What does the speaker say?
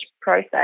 process